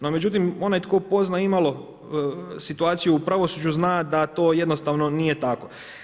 No međutim, onaj tko poznaje imalo situaciju u pravosuđu, zna da to jednostavno nije tako.